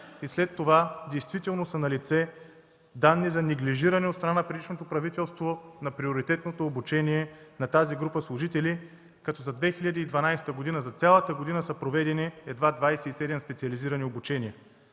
и след това действително са налице данни за неглижиране, от страна на предишното правителство, на приоритетното обучение на тази група служители, като за цялата 2012 г. са проведени едва 27 специализирани обучения.